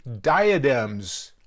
diadems